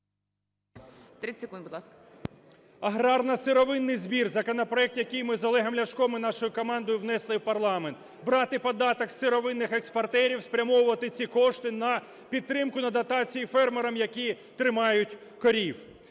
Аграрно-сировинний збір, законопроект, який ми з Олегом Ляшком і нашою командою внесли в парламент. Брати податок з сировинних експортерів, спрямовувати ці кошти на підтримку на дотації фермерам, які тримають корів.